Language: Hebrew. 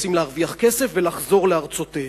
רוצים להרוויח כסף ולחזור לארצותיהם.